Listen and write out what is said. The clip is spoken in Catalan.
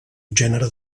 gènere